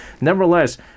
nevertheless